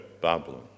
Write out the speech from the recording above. Babylon